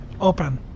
Open